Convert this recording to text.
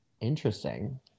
interesting